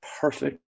perfect